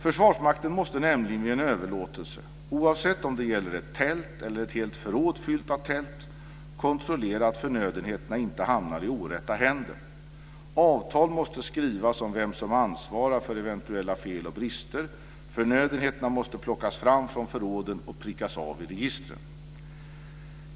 Försvarsmakten måste nämligen vid överlåtelse, oavsett om det gäller ett tält eller ett helt förråd fyllt av tält, kontrollera att förnödenheterna inte hamnar i orätta händer. Avtal måste skrivas om vem som ansvarar för eventuella fel och brister. Förnödenheterna måste plockas fram från förråden och prickas av i registren.